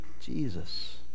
Jesus